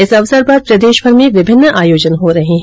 इस अवसर पर प्रदेशमर में विभिन्न आयोजन हो रहे है